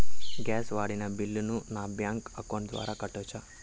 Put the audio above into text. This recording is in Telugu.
గ్యాస్ వాడిన బిల్లును నా బ్యాంకు అకౌంట్ ద్వారా కట్టొచ్చా?